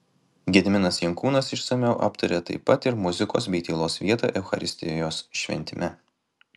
gediminas jankūnas išsamiau aptaria taip pat ir muzikos bei tylos vietą eucharistijos šventime